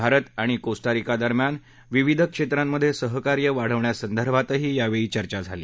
भारत आणि कोस्तारिका दरम्यान विविध क्षेत्रांमध्ये सहकार्य वाढवण्यासंदर्भातही यावेळी चर्चा झाली